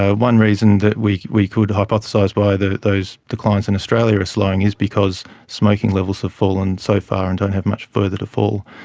ah one reason that we we could hypothesise why those declines in australia are slowing is because smoking levels have fallen so far and don't have much further to fall.